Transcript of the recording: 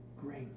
great